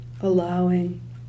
allowing